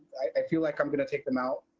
i feel like i'm going to take them out,